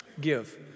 give